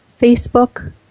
Facebook